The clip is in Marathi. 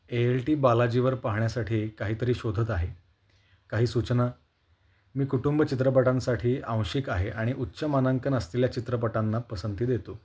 ए एल टी बालाजीवर पाहण्यासाठी काहीतरी शोधत आहे काही सूचना मी कुटुंब चित्रपटांसाठी आंशिक आहे आणि उच्च मानांकन असलेल्या चित्रपटांना पसंती देतो